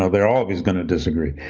ah they're always going to disagree.